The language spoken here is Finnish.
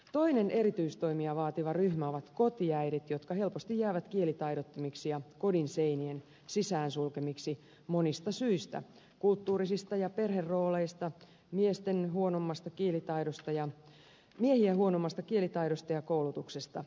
toinen erityistoimia vaativa ryhmä on kotiäidit jotka helposti jäävät kielitaidottomiksi ja kodin seinien sisään sulkemiksi monista syistä kulttuurisista ja perherooleista miehiä huonommasta kielitaidosta ja koulutuksesta johtuen